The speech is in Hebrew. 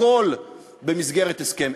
הכול במסגרת הסכם.